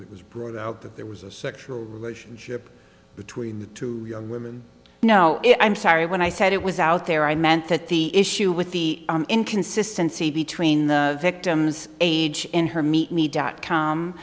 it was brought out that there was a sexual relationship between the two young women now i'm sorry when i said it was out there i meant that the issue with the inconsistency between the victim's age in her meet me dot com